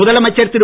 முதலமைச்சர் திரு